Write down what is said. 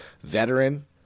veteran